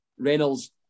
Reynolds